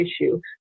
issue